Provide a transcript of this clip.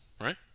right